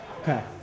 Okay